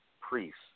priests